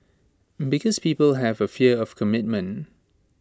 because people have A fear of commitment